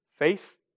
Faith